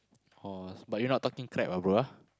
orh but you not talking crap ah bro ah